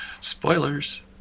Spoilers